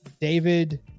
David